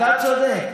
אתה צודק.